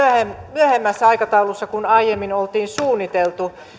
myöhemmässä aikataulussa kuin aiemmin oltiin suunniteltu